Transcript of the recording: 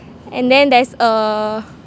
and then there's a